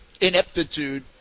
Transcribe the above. ineptitude